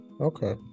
okay